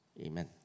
Amen